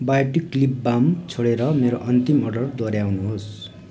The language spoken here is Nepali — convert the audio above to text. बायोटिक लिप बाम छोडेर मेरो अन्तिम अर्डर दोहोऱ्याउनुहोस्